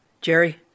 Jerry